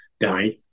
died